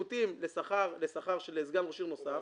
משירותים לשכר של סגן ראש עיר נוסף,